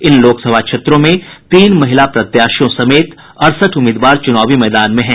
इन लोकसभा क्षेत्रों में तीन महिला प्रत्याशियों समेत अड़सठ उम्मीदवार चुनावी मैदान में हैं